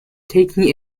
taking